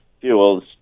fuels